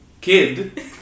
kid